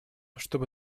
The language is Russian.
чтобы